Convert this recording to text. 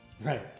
Right